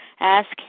Ask